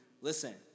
Listen